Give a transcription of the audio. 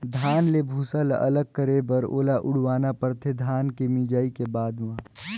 धान ले भूसा ल अलग करे बर ओला उड़वाना परथे धान के मिंजाए के बाद म